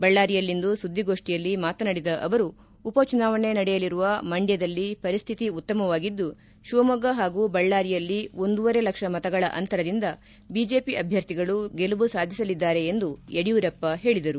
ಬಳ್ಳಾರಿಯಲ್ಲಿಂದು ಸುದ್ದಿಗೋಷ್ಠಿಯಲ್ಲಿ ಮಾತನಾಡಿದ ಅವರು ಉಪ ಚುನಾವಣೆ ನಡೆಯಲಿರುವ ಮಂಡ್ಕದಲ್ಲಿ ಪರಿಶ್ಠಿತಿ ಉತ್ತಮವಾಗಿದ್ದು ಶಿವಮೊಗ್ಗ ಹಾಗೂ ಬಳ್ಳಾರಿಯಲ್ಲಿ ಒಂದೂವರೆ ಲಕ್ಷ ಮತಗಳ ಅಂತರದಿಂದ ಬಿಜೆಪಿ ಅಭ್ಯರ್ಥಿಗಳು ಗೆಲುವು ಸಾಧಿಸಲಿದ್ದಾರೆ ಎಂದು ಯಡಿಯೂರಪ್ಪ ಹೇಳಿದರು